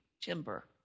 timber